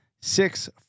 six